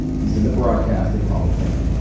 he's in the broadcasting hall of fame